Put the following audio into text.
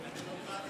דמוקרטיה מצוינת.